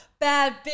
Bad